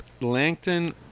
Langton